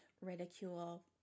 ridicule